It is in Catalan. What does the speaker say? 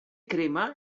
crema